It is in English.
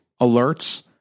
alerts